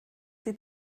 die